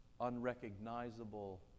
unrecognizable